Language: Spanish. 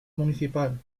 municipal